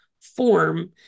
form